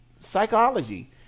psychology